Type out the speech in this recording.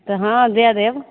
तऽ हॅं दए देब